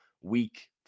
week